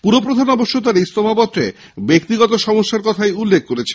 পুর প্রধান অবশ্য তাঁর ইস্তফাপত্রে ব্যক্তিগত সমস্যার কথাই উল্লেখ করেছেন